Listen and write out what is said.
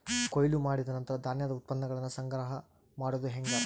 ಕೊಯ್ಲು ಮಾಡಿದ ನಂತರ ಧಾನ್ಯದ ಉತ್ಪನ್ನಗಳನ್ನ ಸಂಗ್ರಹ ಮಾಡೋದು ಹೆಂಗ?